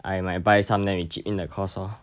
I might buy some then we chip in their cost lor